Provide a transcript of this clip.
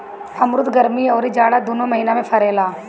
अमरुद गरमी अउरी जाड़ा दूनो महिना में फरेला